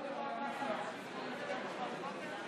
אבל לא את ההסתייגות.